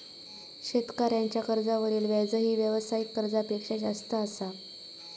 शेतकऱ्यांच्या कर्जावरील व्याजही व्यावसायिक कर्जापेक्षा जास्त असा